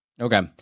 Okay